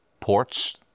ports